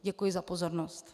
Děkuji za pozornost. .